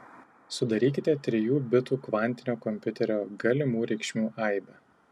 sudarykite trijų bitų kvantinio kompiuterio galimų reikšmių aibę